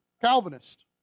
Calvinist